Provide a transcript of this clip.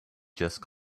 just